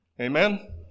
Amen